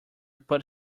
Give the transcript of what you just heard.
put